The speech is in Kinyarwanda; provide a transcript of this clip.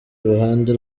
ruhande